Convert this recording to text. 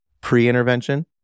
pre-intervention